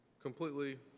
Completely